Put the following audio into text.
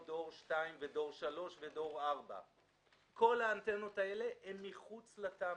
מדור 2 ודור 3 ודור 4. כל האנטנות האלה הן מחוץ לתמ"א,